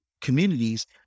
communities